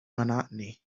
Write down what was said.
monotony